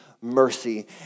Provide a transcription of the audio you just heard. mercy